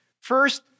First